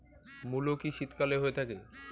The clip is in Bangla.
মূলো কি শীতকালে হয়ে থাকে?